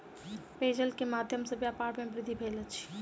पेयजल के माध्यम सॅ व्यापार में वृद्धि भेल अछि